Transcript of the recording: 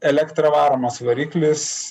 elektra varomas variklis